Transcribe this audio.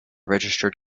registered